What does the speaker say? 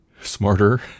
smarter